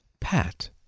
Pat